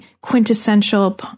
quintessential